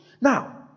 now